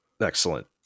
Excellent